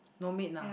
no maid ah